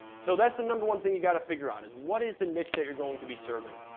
so that's the number one thing you gotta figure out. is what is the niche that you're going to be serving?